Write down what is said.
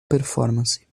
performance